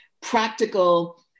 practical